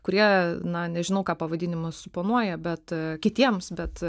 kurie na nežinau ką pavadinimas suponuoja bet kitiems bet